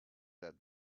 that